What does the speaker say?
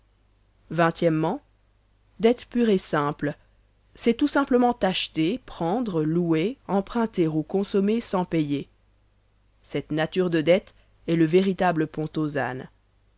o dette pure et simple c'est tout simplement acheter prendre louer emprunter ou consommer sans payer cette nature de dettes est le véritable